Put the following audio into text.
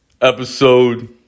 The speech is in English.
episode